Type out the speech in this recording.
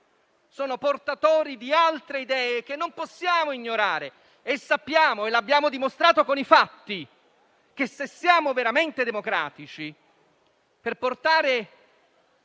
sono portatori di altre idee che non possiamo ignorare e sappiamo - e l'abbiamo dimostrato con i fatti - che, se siamo veramente democratici, per portare